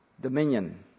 Dominion